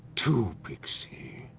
two pixie,